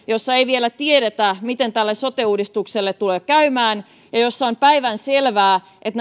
jossa ei vielä tiedetä miten tälle sote uudistukselle tulee käymään ja jossa on päivänselvää että